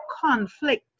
conflict